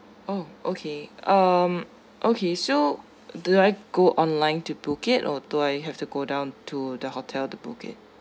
oh okay um okay so do I go online to book it or do I have to go down to the hotel to book it